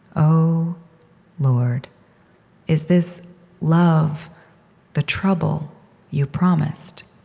o lord is this love the trouble you promised?